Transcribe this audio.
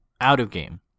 out-of-game